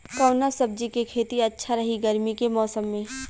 कवना सब्जी के खेती अच्छा रही गर्मी के मौसम में?